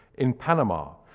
in panama,